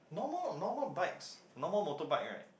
normal normal bikes normal motorbike right